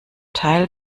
teil